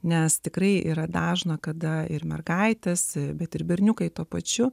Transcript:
nes tikrai yra dažna kada ir mergaitės bet ir berniukai tuo pačiu